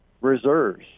reserves